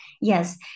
Yes